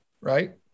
right